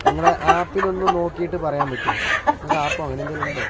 നിങ്ങളുടെ ആപ്പിലൊന്നു നോക്കിയിട്ട് പറയാൻ പറ്റുമോ നിങ്ങൾക്ക് ആപ്പോ അങ്ങനെയെന്തെങ്കിലും ഉണ്ടോ